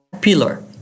pillar